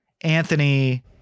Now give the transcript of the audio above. Anthony